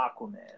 Aquaman